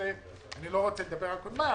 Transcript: אני לא רוצה לדבר על קודמיי,